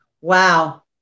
Wow